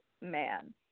man